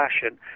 fashion